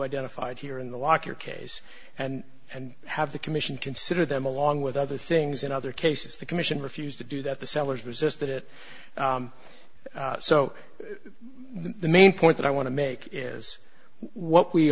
identified here in the locker case and and have the commission consider them along with other things in other cases the commission refused to do that the sellers resisted it so the main point that i want to make is what we